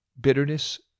bitterness